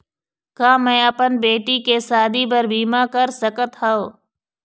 का मैं अपन बेटी के शादी बर बीमा कर सकत हव?